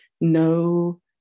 no